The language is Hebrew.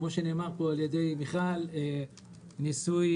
כפי שאמרה פה מיכל שיק הר טוב,